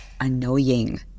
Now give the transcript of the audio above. annoying